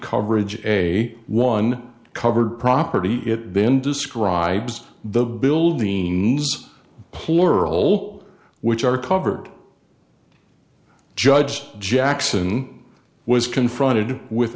coverage as a one covered property it then describes the building plural which are covered judge jackson was confronted with